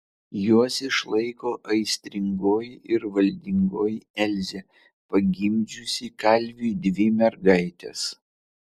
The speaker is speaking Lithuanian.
juos išlaiko aistringoji ir valdingoji elzė pagimdžiusi kalviui dvi mergaites